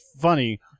funny